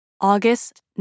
August